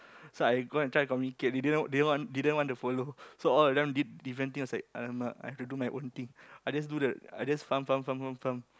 so I go and try to communicate they didn't didn't didn't want to follow so all of them did different things I was like !alamak! I have to do my own thing I just do the I just farm farm farm farm farm